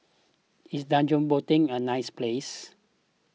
is Djibouti a nice place